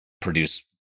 produce